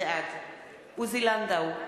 בעד עוזי לנדאו,